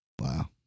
Wow